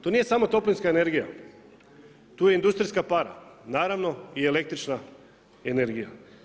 To nije samo toplinska energija, tu je industrijska para, naravno i električna energija.